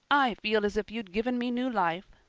i feel as if you'd given me new life.